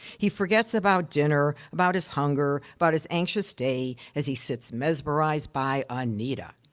he forgets about dinner, about his hunger, about his anxious day, as he sits mesmerized by anita.